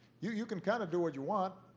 you you can kind of do what you want,